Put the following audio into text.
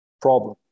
problem